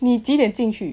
你几点进去